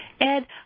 Ed